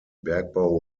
bergbau